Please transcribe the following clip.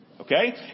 Okay